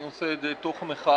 אני עושה את זה תוך מחאה.